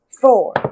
Four